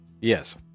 Yes